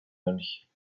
mönch